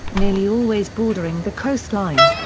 nearly always bordering the coastline.